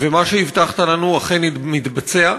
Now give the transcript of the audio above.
ומה שהבטחת לנו אכן מתבצע.